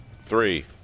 three